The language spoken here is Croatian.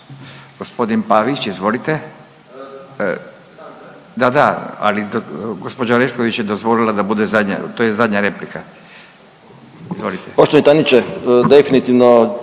G. Pavić, izvolite. Da, da, ali gđa Orešković je dozvolila da bude zadnja, to je zadnja replika. Izvolite.